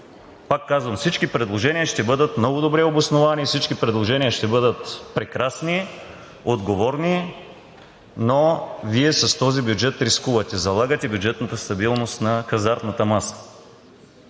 пак казвам, всички предложения ще бъдат много добре обосновани и всички предложения ще бъдат прекрасни, отговорни, но Вие с този бюджет рискувате – залагате бюджетната стабилност на хазартната маса,